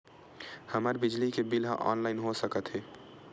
हमर बिजली के बिल ह ऑनलाइन हो सकत हे?